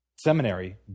seminary